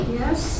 yes